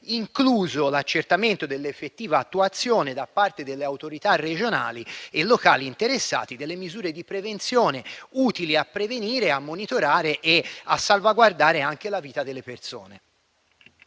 incluso l'accertamento dell'effettiva attuazione da parte delle autorità regionali e locali interessate delle misure di prevenzione utili a prevenire e a monitorare tali eventi e a salvaguardare anche la vita delle persone.